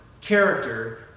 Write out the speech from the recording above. character